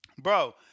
Bro